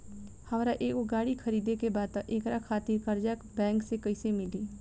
हमरा एगो गाड़ी खरीदे के बा त एकरा खातिर कर्जा बैंक से कईसे मिली?